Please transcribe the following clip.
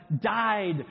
died